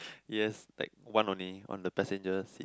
yes like one only on the passenger seat